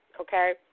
okay